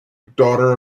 daughter